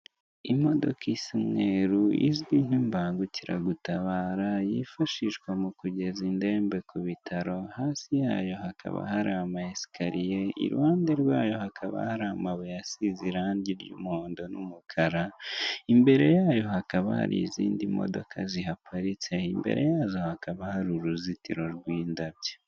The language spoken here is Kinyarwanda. Imodoka isa umweru izwi nk'imbangukiragutabara yifashishwa mu kugeza indembe ku bitaro, hasi yayo hakaba hari ama esikariye, iruhande rwayo hakaba hari amabuye asize irangi ry'umuhondo n'umukara, imbere yayo hakaba hari izindi modoka zihaparitse, imbere yazo hakaba hari uruzitiro rw'indabyo.